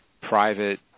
private